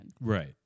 Right